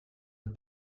het